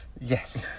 yes